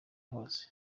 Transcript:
hose